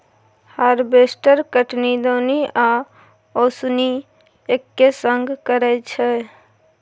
harvester कटनी, दौनी आ ओसौनी एक्के संग करय छै